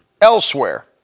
elsewhere